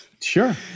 Sure